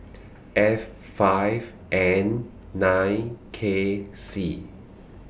F five N nine K C